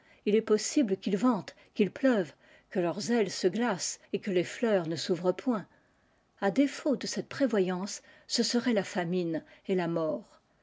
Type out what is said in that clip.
il possible qu'il vente qu'il pleuve que leurs ailes se glacent et que les fleurs ne s'ouvrent point a délaut de cette prévoyance ce serait la famine et la mort